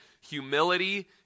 humility